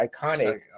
iconic